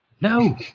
No